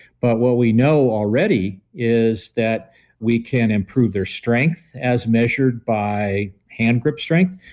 but what we know already is that we can improve their strength as measured by hand grip strength.